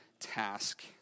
task